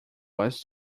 was